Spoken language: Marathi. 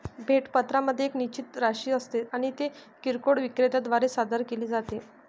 भेट पत्रामध्ये एक निश्चित राशी असते आणि ती किरकोळ विक्रेत्या द्वारे सादर केली जाते